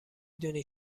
دونی